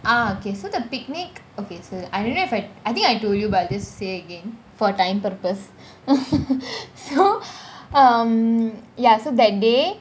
ah okay so the picnic okay so I don't know if I I think I told you about this say again for time purpose so um ya so that day